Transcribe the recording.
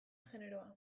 generoa